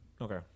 Okay